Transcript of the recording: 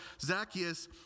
Zacchaeus